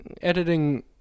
editing